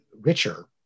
richer